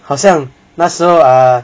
好像那时候 err